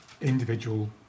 individual